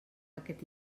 aquest